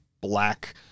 black